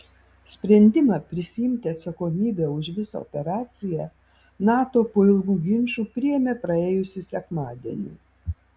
sprendimą prisiimti atsakomybę už visą operaciją nato po ilgų ginčų priėmė praėjusį sekmadienį